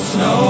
no